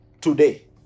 today